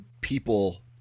people